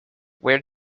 where